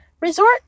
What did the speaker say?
resort